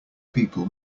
people